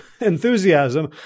enthusiasm